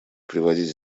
приводить